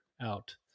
out